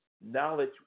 knowledge